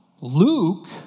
Luke